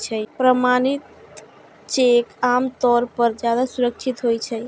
प्रमाणित चेक आम तौर पर ज्यादा सुरक्षित होइ छै